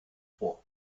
vor